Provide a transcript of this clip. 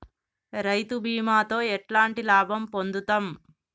రైతు బీమాతో ఎట్లాంటి లాభం పొందుతం?